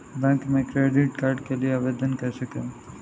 Bank में credit card के लिए आवेदन कैसे करें?